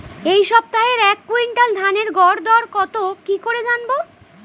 এই সপ্তাহের এক কুইন্টাল ধানের গর দর কত কি করে জানবো?